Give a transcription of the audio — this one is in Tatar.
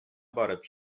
барып